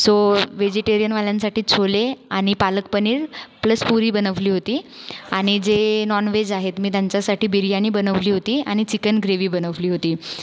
so व्हेजिटेरियनवाल्यांसाठी छोले आणि palak paneer plus puri बनवली होती आणि जे नॉनव्हेज आहेत आणि मी त्यांच्यासाठी बिर्याणी बनवली होती आणि चिकन ग्रेव्ही बनवली होती